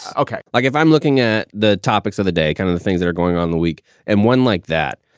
ah okay like if i'm looking at the topics of the day, kind of the things that are going on the week and one like that,